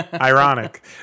Ironic